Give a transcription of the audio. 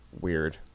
weird